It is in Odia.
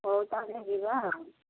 ହେଉ ତାହେଲେ ଯିବା ଆଉ